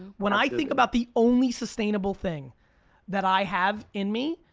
when i think about the only sustainable thing that i have in me,